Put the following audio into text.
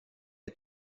est